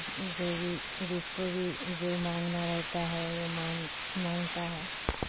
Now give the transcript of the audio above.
جو بھی جس کو بھی جو مانگنا رہتا ہے وہ مانگ مانگتا ہے